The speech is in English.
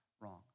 wrong